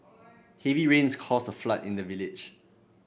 heavy rains caused a flood in the village